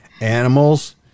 Animals